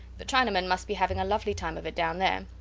the chinamen must be having a lovely time of it down there,